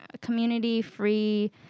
community-free